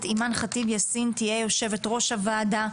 אימאן חטיב יאסין תהיה יושבת-ראש הוועדה.